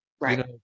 Right